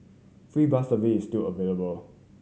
free bus service is still available